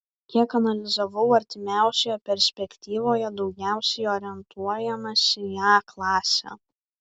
kiek analizavau artimiausioje perspektyvoje daugiausiai orientuojamasi į a klasę